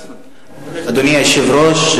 אדוני היושב-ראש,